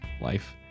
life